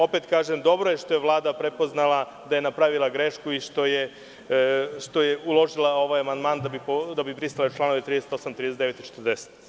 Opet kažem, dobro je što je Vlada prepoznala da je napravila grešku i što je uložila ovaj amandman da bi brisala članove 38, 39. i 40.